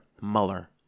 Mueller